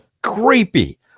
creepy